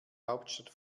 hauptstadt